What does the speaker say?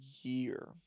year